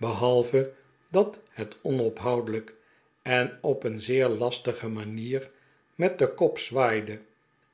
behalve dat het onophoudelijk en op een zeer lastige manier met den kop zwaaide